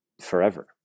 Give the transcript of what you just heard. forever